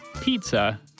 pizza